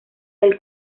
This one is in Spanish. del